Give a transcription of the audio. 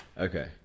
Okay